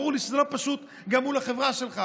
ברור לי שזה לא פשוט, גם מול החברה שלך.